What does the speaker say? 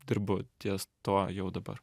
dirbu ties tuo jau dabar